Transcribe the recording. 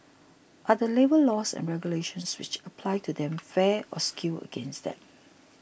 are the labour laws and regulations which apply to them fair or skewed against them